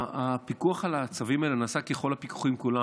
הפיקוח על הצווים האלה נעשה ככל הפיקוחים כולם.